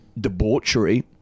debauchery